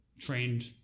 trained